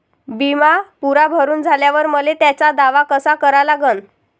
बिमा पुरा भरून झाल्यावर मले त्याचा दावा कसा करा लागन?